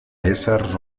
éssers